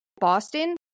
Boston